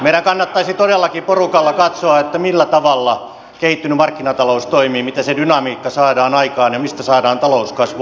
meidän kannattaisi todellakin porukalla katsoa millä tavalla kehittynyt markkinatalous toimii miten se dynamiikka saadaan aikaan ja mistä saadaan talouskasvua